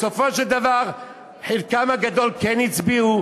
בסופו של דבר חלקם הגדול כן הצביעו,